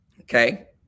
Okay